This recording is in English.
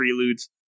preludes